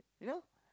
you know